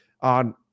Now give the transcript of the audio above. on